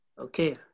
Okay